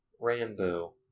Rambo